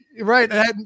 Right